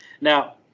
Now